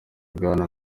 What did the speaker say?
bwana